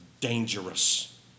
dangerous